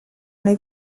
les